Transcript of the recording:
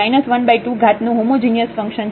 તેથી આ 12 ઘાત નું હોમોજિનિયસ ફંક્શન છે